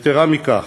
יתרה מכך,